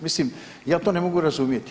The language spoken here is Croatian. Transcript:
Mislim ja to ne mogu razumjeti.